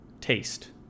taste